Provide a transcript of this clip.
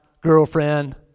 girlfriend